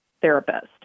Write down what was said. therapist